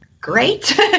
great